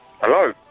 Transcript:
Hello